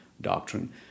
doctrine